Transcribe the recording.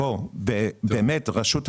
רשות המיסים,